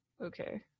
Okay